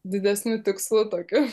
didesniu tikslu tokiu